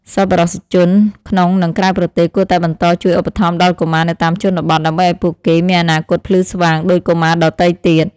សប្បុរសជនក្នុងនិងក្រៅប្រទេសគួរតែបន្តជួយឧបត្ថម្ភដល់កុមារនៅតាមជនបទ ដើម្បីឱ្យពួកគេមានអនាគតភ្លឺស្វាងដូចកុមារដទៃទៀត។